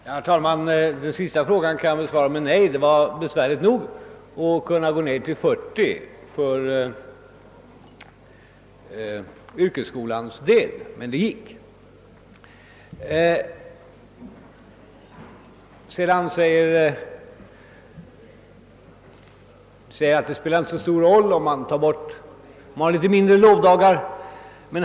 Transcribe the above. Herr talman! Herr Nordstrandhs senaste fråga kan. jag besvara med nej. Det var besvärligt nog att gå ned till 40 veckor för yrkesskolans del, även om det gick. ierr Nordstrandh menar vidare att det inte spelar så stor roll om man har litet färre lovdagar.